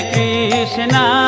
Krishna